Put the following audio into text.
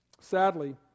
Sadly